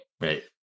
Right